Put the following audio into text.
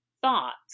thoughts